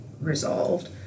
resolved